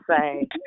say